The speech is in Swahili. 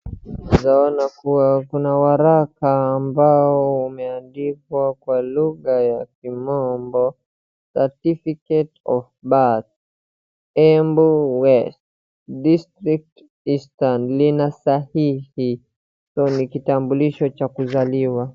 Naeza ona kuwa kuna waraka ambao umeandikwa kwa lugha ya kimombo certificate of birth, Embu west, district eastern lina sahihi, so ni kitambulisho cha kuzaliwa.